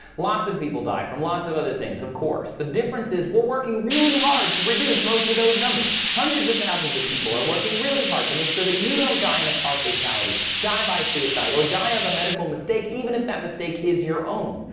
lots of people die from lots of other things. of course, the difference is we're working really hard to reduce most of those numbers. hundreds of thousands of people are working really hard to make sure that you don't die in a car fatality die by suicide or die of a medical mistake. even if that mistake is your own.